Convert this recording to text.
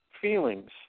feelings